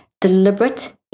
deliberate